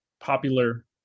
popular